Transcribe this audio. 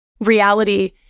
reality